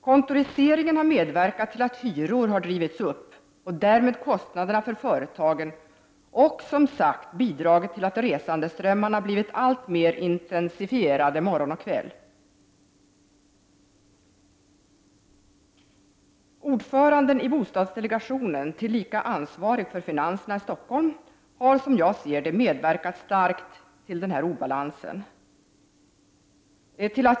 Kontoriseringen har medverkat till att hyror drivits upp, och därmed kostnaderna för företagen, och den har bidragit till att resandeströmmarna blivit alltmer intensifierade morgon och kväll. holm, har, som jag ser det, medverkat starkt till den här obalansen.